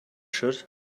should